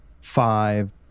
five